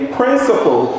principle